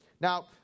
Now